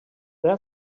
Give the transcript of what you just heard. there